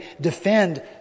defend